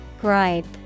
Gripe